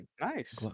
nice